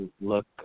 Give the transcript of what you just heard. look